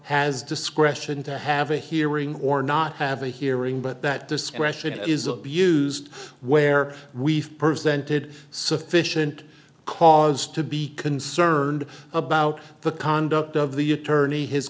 has discretion to have a hearing or not have a hearing but that discretion is abused where we've presented sufficient cause to be concerned about the conduct of the attorney his